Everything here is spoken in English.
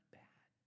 bad